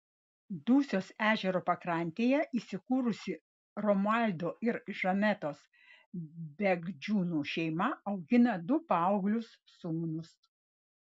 dusios ežero pakrantėje įsikūrusi romualdo ir žanetos bagdžiūnų šeima augina du paauglius sūnus